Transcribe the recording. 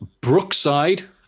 Brookside